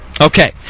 Okay